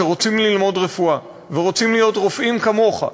שרוצים ללמוד רפואה ורוצים להיות רופאים כמוך.